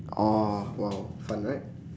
oh !wow! fun right